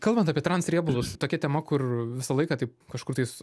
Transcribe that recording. kalbant apie transriebalus tokia tema kur visą laiką taip kažkur tais